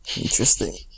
interesting